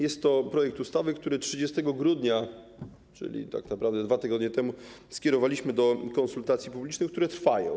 Jest to projekt ustawy, który 30 grudnia, czyli 2 tygodnie temu, skierowaliśmy do konsultacji publicznych, które trwają.